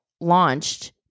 launched